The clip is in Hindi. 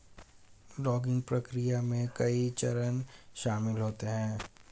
लॉगिंग प्रक्रिया में कई चरण शामिल होते है